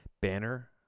Banner